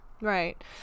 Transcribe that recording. Right